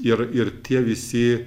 ir ir tie visi